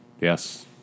Yes